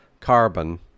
carbon